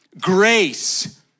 grace